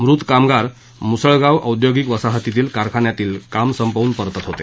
मृत कामगार मुसळगाव औद्योगिक वसाहतीतील कारखान्यातील काम संपवून परतत होते